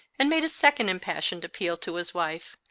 and made a second im passioned appeal to his wife,